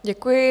Děkuji.